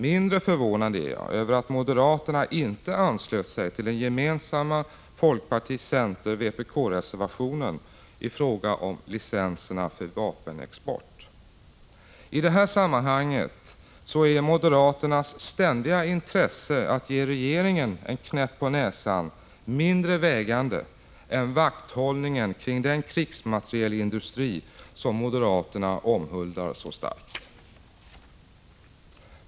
Mindre förvånad är jag över att moderaterna inte anslöt sig till den gemensamma folkparti-, centeroch vpk-reservationen i fråga om licenser för vapenexport. I det här sammanhanget är moderaternas ständiga intresse av att ge regeringen en knäpp på näsan mindre vägande än vakthållningen för den krigsmaterielindustri som moderaterna omhuldar så starkt.